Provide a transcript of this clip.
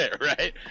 Right